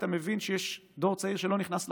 אתה מבין שיש דור צעיר שלא נכנס לחקלאות,